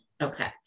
Okay